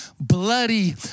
bloody